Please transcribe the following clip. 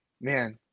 man